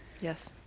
Yes